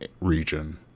region